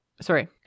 Sorry